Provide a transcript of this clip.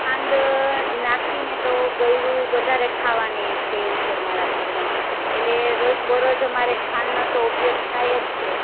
ખાંડ નાખીને તો ગળ્યું વધારે ખાવાની ટેવ છે અમારા ઘરમાં એટલે રોજબરોજ અમારે ખાંડનો તો ઉપયોગ થાય જ છે